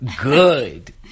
good